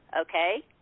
okay